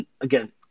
again